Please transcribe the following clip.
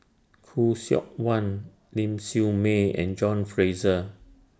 Khoo Seok Wan Ling Siew May and John Fraser